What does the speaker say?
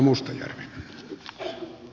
arvoisa puhemies